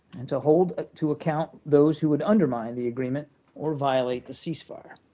and to hold ah to account those who would undermine the agreement or violate the ceasefire.